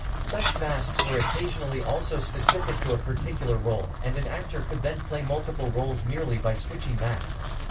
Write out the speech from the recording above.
such masks were occasionally also specific to a particular role, and an actor could then play multiple roles merely by switching masks.